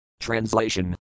Translation